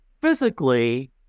physically